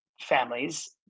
families